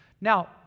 Now